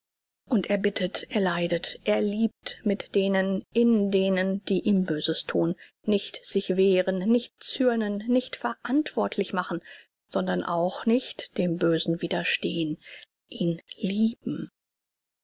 und er bittet er leidet er liebt mit denen in denen die ihm böses thun nicht sich wehren nicht zürnen nicht verantwortlich machen sondern auch nicht dem bösen widerstehen ihn lieben